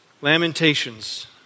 Lamentations